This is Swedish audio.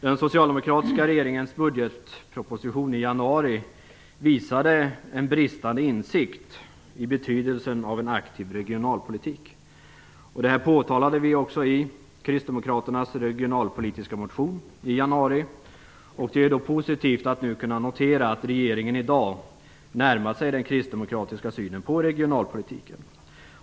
Den socialdemokratiska regeringens budgetproposition i januari visade en bristande insikt i betydelsen av en aktiv regionalpolitik. Det påtalade vi i kristdemokraternas regionalpolitiska motion i januari. Det är positivt att kunna notera att regeringen i dag närmat sig den kristdemokratiska synen på regionalpolitiken.